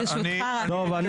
טוב,